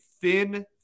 thin